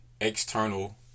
external